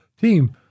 Team